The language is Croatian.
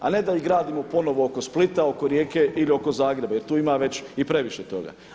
A ne da ih gradimo ponovo oko Splita, oko Rijeke ili oko Zagreba jer tu ima i previše toga.